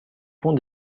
pont